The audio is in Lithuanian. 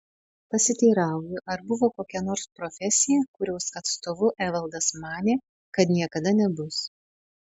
pasiteirauju ar buvo kokia nors profesija kurios atstovu evaldas manė kad niekada nebus